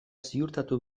ziurtatu